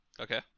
okay